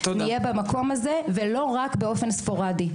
נהיה במקום הזה ולא רק באופן ספורדי.